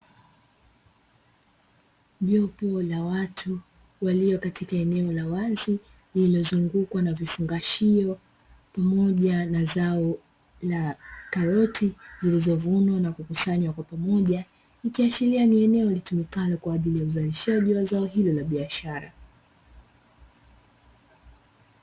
Jopo la watu walio katika eneo la wazi lililozungukwa na vifungashio pamoja na zao la karoti zilizovunwa na kukusanywa pamoja, ikiashiria ni eneo litumikalo kwa ajili ya uzalishaji wa zao hilo la biashara.